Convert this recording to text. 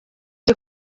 iri